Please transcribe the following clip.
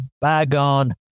bygone